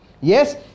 Yes